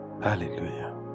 hallelujah